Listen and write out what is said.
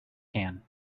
can